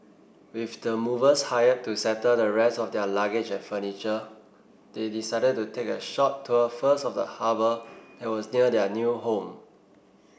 with the movers hired to settle the rest of their luggage and furniture they decided to take a short tour first of the harbour that was near their new home